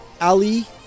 Ali